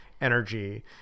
energy